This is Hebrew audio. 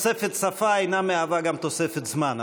תוספת שפה אינה גם תוספת זמן.